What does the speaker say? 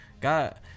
God